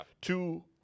two